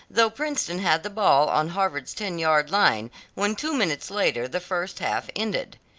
though princeton had the ball on harvard's ten-yard line when two minutes later the first half ended.